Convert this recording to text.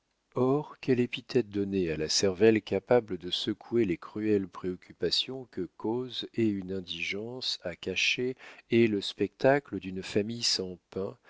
or quelle épithète donner à la cervelle capable de secouer les cruelles préoccupations que causent et une indigence à cacher et le spectacle d'une famille sans pain